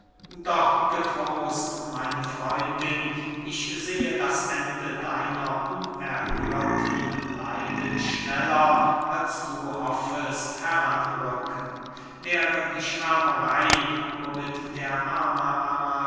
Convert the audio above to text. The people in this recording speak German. doch getrost meine freundin ich sehe das ende deiner unerhörten leiden schneller als du hoffest heran rücken wäre die schwärmerey womit der arme